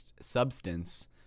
Substance